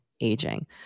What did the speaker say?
aging